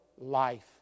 life